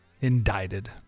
indicted